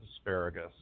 asparagus